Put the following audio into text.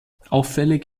auffällig